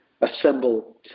assemble